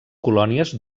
colònies